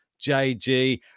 JG